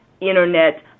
Internet